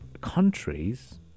Countries